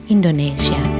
Indonesia